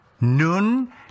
nun